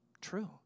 True